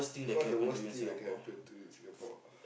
what's the worst thing that can happen to you in Singapore